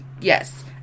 Yes